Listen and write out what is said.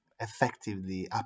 effectively